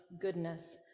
goodness